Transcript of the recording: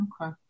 Okay